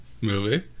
movie